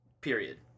Period